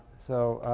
so